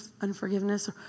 unforgiveness